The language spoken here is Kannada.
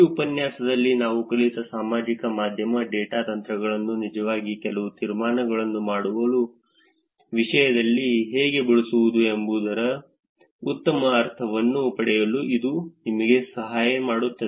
ಈ ಉಪನ್ಯಾಸದಲ್ಲಿ ನಾವು ಕಲಿತ ಸಾಮಾಜಿಕ ಮಾಧ್ಯಮ ಡೇಟಾ ತಂತ್ರಗಳನ್ನು ನಿಜವಾಗಿ ಕೆಲವು ತೀರ್ಮಾನಗಳನ್ನು ಮಾಡುವ ವಿಷಯದಲ್ಲಿ ಹೇಗೆ ಬಳಸುವುದು ಎಂಬುದರ ಉತ್ತಮ ಅರ್ಥವನ್ನು ಪಡೆಯಲು ಇದು ನಿಮಗೆ ಸಹಾಯ ಮಾಡುತ್ತದೆ